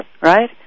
right